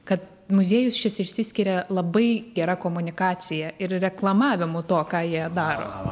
kad muziejus šis išsiskiria labai gera komunikacija ir reklamavimu to ką jie daro